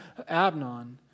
Abnon